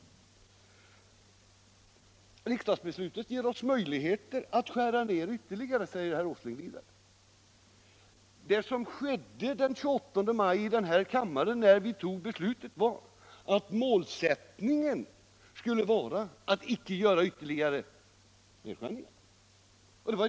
Riksdagsbeslutet ger oss möjligheter att skära ned ytterligare, säger herr Åsling vidare. Det som skedde den 28 maj, när vi här i kammaren tog beslutet, var att det sattes som ett mål att vi icke skulle göra ytterligare nedskärningar.